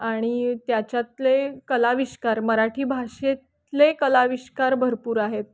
आणि त्याच्यातले कलाविष्कार मराठी भाषेतले कलाविष्कार भरपूर आहेत